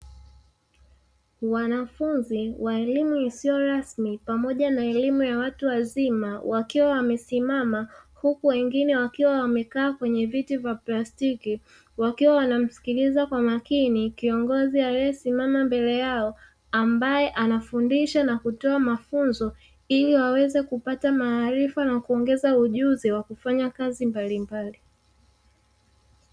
wanafunzi wa elimu isiyo rasmi pamoja na elimu ya watu wazima wakiwa wamesimama, huku wengine wakiwa wamekaa kwenye viti vya plastiki, wakiwa wanamusikiliza kwa makini kiongozi aliye simama mbele yao, ambaye anafundisha na kutoa mafunzo, ili waweze kupata maarifa na kuongeza ujuzi wa kufanya kazi mbalimbali.